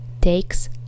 takes